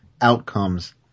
outcomes